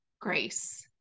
grace